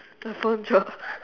the phone dropped